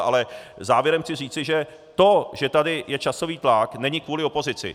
Ale závěrem chci říci, že to, že tady je časový tlak, není kvůli opozici.